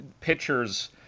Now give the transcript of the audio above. pitchers –